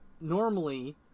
normally